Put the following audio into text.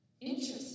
interesting